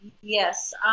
Yes